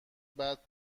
بعد